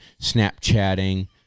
Snapchatting